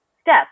step